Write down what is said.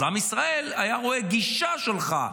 אז עם ישראל היה רואה את הגישה שלך.